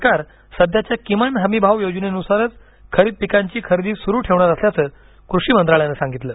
सरकार सध्याच्या किमान हमी भाव योजनेनुसारच खरीप पिकांची खरेदी सुरू ठेवणार असल्याचं कृषी मंत्रालयानं सांगितलं